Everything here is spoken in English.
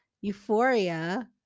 Euphoria